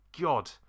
God